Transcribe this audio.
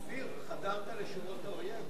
אופיר, חדרת לשורות האויב?